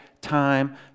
time